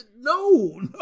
No